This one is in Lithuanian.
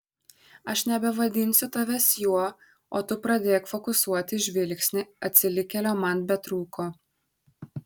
aš nebevadinsiu tavęs juo o tu pradėk fokusuoti žvilgsnį atsilikėlio man betrūko